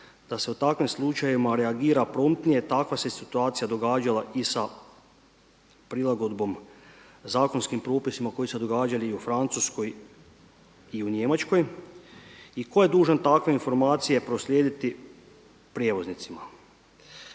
da se u takvim slučajevima reagira promptnije, takva se situacija događala i sa prilagodbom zakonskim propisima koji su se događali i u Francuskoj i u Njemačkoj. I tko je dužan takve informacije proslijediti prijevoznicima?